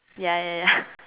ya ya ya